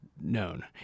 known